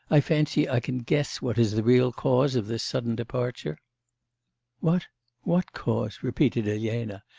i fancy i can guess what is the real cause of this sudden departure what what cause repeated elena,